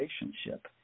relationship